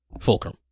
Fulcrum